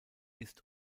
ist